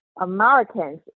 Americans